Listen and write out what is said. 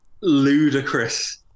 ludicrous